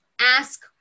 ask